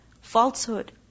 Falsehood